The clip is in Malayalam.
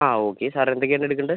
ആ ഓക്കെ സാർ എന്തൊക്കെയാണ് എടുക്കേണ്ടത്